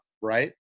right